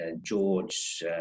George